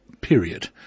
period